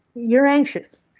you're anxious.